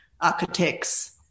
architects